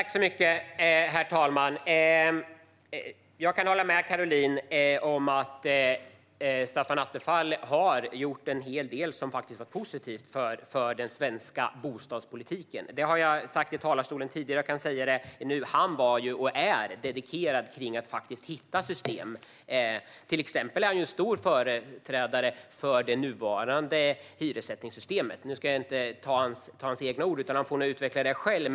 Herr talman! Jag kan hålla med Caroline om att Stefan Attefall har gjort en hel del som var positivt för den svenska bostadspolitiken. Det har jag sagt i talarstolen tidigare, och jag kan säga det nu. Han var och är dedikerad när det gäller att hitta system. Han är till exempel stor företrädare för det nuvarande hyressättningssystemet. Nu ska jag inte ta hans egna ord, utan han får utveckla det själv.